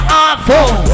iPhone